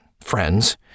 friends